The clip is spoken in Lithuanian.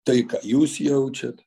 tai ką jūs jaučiat